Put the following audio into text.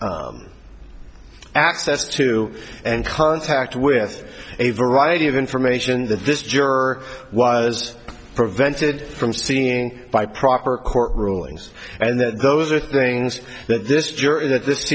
had access to and contact with a variety of information that this juror was prevented from seeing by proper court rulings and that those are things that this